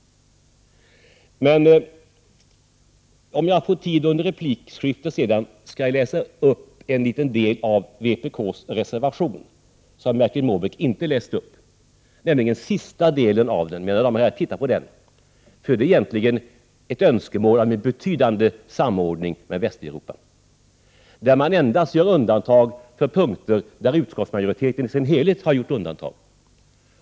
6 juni 1989 Om jag under replikskiftet får tid skall jag läsa upp en del av vpk:s reservation som Bertil Måbrink inte läste upp, nämligen den sista delen. Mina damer och herrar, läs den, eftersom denna del i reservationen egentligen är ett önskemål om en betydande samordning med Västeuropa. Vpk gör undantag endast för punkter där utskottsmajoriteten i sin helhet har gjort undantag.